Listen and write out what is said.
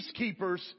peacekeepers